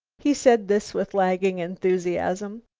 he said this with lagging enthusiasm.